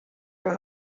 been